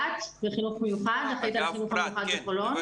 בחינוך מיוחד בחולון.